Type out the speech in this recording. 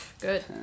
Good